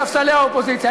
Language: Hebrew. בספסלי האופוזיציה.